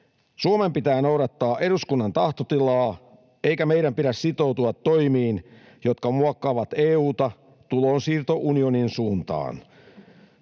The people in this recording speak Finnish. Suomen pitää noudattaa eduskunnan tahtotilaa, eikä meidän pidä sitoutua toimiin, jotka muokkaavat EU:ta tulonsiirtounionin suuntaan.